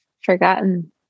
forgotten